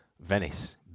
Venice